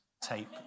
tape